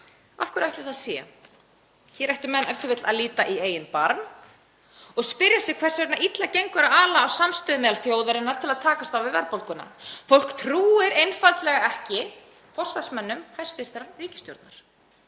Af hverju ætli það sé? Hér ættu menn e.t.v. að líta í eigin barm og spyrja sig hvers vegna illa gengur að ala á samstöðu meðal þjóðarinnar til að takast á við verðbólguna. Fólk trúir einfaldlega ekki forsvarsmönnum hæstv. ríkisstjórnar,